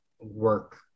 work